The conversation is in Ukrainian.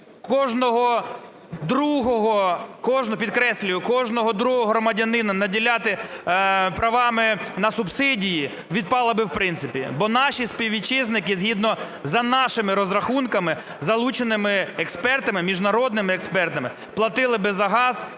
кожного другого громадянина наділяти правами на субсидії відпала би в принципі. Бо наші співвітчизники згідно за нашими розрахунками залученими експертами, міжнародними експертами, платили би за газ